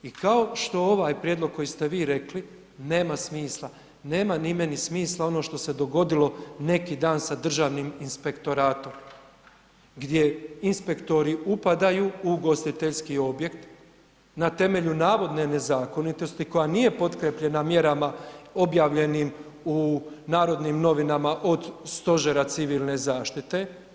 I kao što ovaj prijedlog koji ste vi rekli nema smisla, nema ni meni smisla ono što se dogodilo neki dan sa državnim inspektoratom gdje inspektori upadaju u ugostiteljski objekt na temelju navodne nezakonitosti koja nije potkrijepljena mjerama objavljenim u Narodnim novinama od Stožera civilne zaštite.